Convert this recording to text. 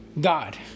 God